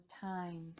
time